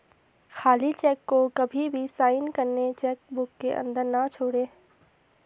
खाली चेक को कभी भी साइन करके चेक बुक के अंदर न छोड़े